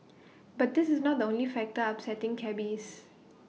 but this is not the only factor upsetting cabbies